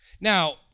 Now